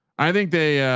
i think they,